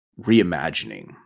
reimagining